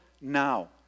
now